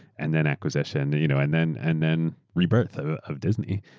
and then acquisition, you know and then and then rebirth ah of disney.